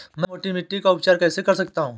मैं मोटी मिट्टी का उपचार कैसे कर सकता हूँ?